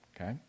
Okay